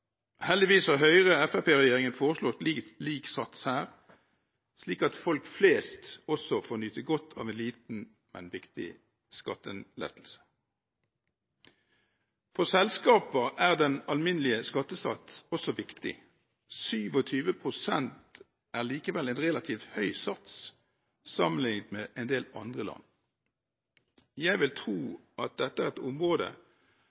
Heldigvis har Høyre–Fremskrittsparti-regjeringen foreslått lik sats her, slik at folk flest også får nyte godt av en liten, men viktig skattelettelse. For selskaper er den alminnelige skattesats også viktig. 27 pst. er likevel en relativt høy sats sammenlignet med i en del andre land. Jeg vil tro at dette er et område